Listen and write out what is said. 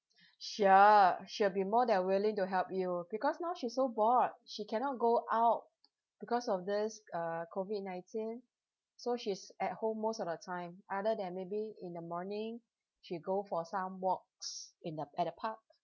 sure she'll be more than willing to help you because now she's so bored she cannot go out because of this uh COVID nineteen so she's at home most of the time other than maybe in the morning she go for some walks in the at the park